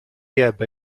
ebbe